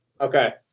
okay